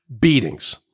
beatings